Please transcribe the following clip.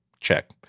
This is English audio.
Check